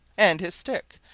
and his stick,